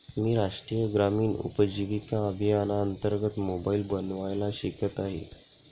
मी राष्ट्रीय ग्रामीण उपजीविका अभियानांतर्गत मोबाईल बनवायला शिकत आहे